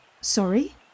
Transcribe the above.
Sorry